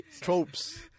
tropes